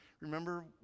Remember